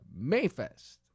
Mayfest